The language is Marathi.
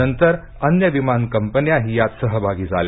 नंतर अन्य विमान कंपन्याही यात सहभागी झाल्या